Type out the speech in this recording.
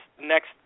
next